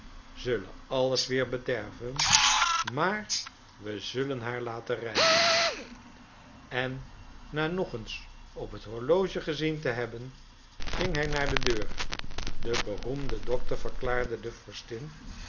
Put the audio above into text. zullen alles weer bederven maar we zullen haar laten reizen en na nog eens op het horloge gezien te hebben ging hij naar de deur de beroemde dokter verklaarde der